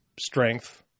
strength –